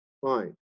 Fine